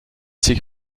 sich